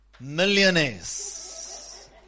Millionaires